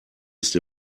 ist